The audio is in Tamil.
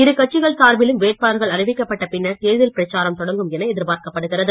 இருகட்சிகள் சார்பிலும் வேட்பாளர்கள் அறிவிக்கப்பட்ட பின்னர் தேர்தல் பிரச்சாரம் தொடங்கும் என எதிர்பார்க்கப்படுகிறது